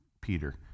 Peter